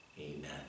Amen